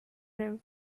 him